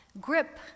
grip